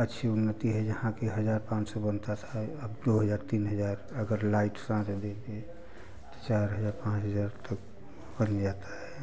अच्छी उन्नति है यहाँ के हज़ार पाँच सौ बनता था अब दो हज़ार तीन हज़ार अगर लाइट साथ देदे तो चार हज़ार पाँच हज़ार तक बन जाता है